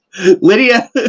Lydia